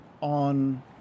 on